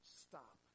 stop